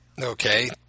Okay